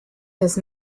his